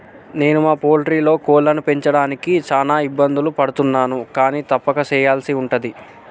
నాను మా పౌల్ట్రీలో కోళ్లను పెంచడానికి చాన ఇబ్బందులు పడుతున్నాను కానీ తప్పక సెయ్యల్సి ఉంటది